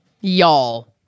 Y'all